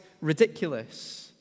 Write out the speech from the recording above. Ridiculous